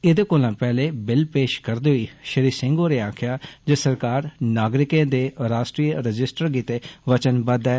एदे कोला पैहले बिले पेष करदे होई श्री सिंह होरें आस्सेआ जे सरकार नागरिकें दे राश्ट्री रजिस्टर गितै बचनवद्द ऐ